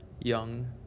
young